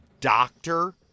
doctor